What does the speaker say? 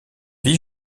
vie